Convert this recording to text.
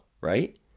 right